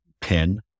pin